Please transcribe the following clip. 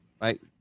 right